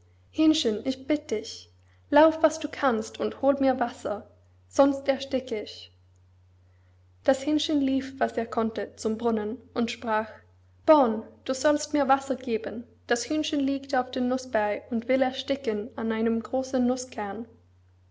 hähnchen ich bitt dich lauf was du kannst und hol mir wasser sonst ersticke ich das hähnchen lief was es konnte zum brunnen und sprach born du sollst mir wasser geben das hühnchen liegt auf den nußberg und will ersticken an einem großen